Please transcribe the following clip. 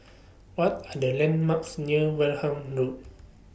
What Are The landmarks near Wareham Road